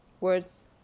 words